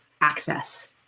access